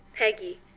Peggy